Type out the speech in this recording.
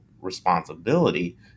responsibility